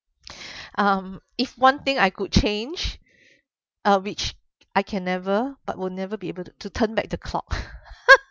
um if one thing I could change uh which I can never but would never be able to turn back the clock